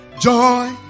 joy